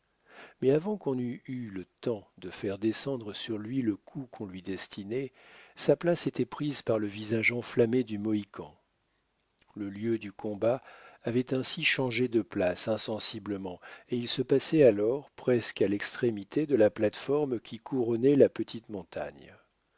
mais avant qu'on eût eu le temps de faire descendre sur lui le coup qu'on lui destinait sa place était prise par le visage enflammé du mohican le lieu du combat avait ainsi changé de place insensiblement et il se passait alors presque à l'extrémité de la plate-forme qui couronnait la petite montagne